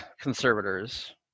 conservators